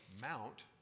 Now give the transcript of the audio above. Mount